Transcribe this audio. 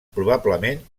probablement